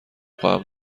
خواهم